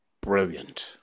Brilliant